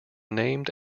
named